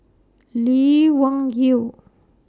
Lee Wung Yew